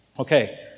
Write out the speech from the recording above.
Okay